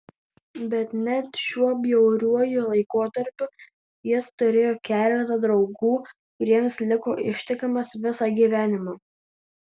bet net šiuo bjauriuoju laikotarpiu jis turėjo keletą draugų kuriems liko ištikimas visą gyvenimą